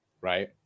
right